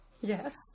Yes